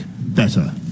better